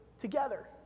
together